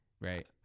Right